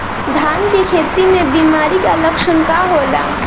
धान के खेती में बिमारी का लक्षण का होला?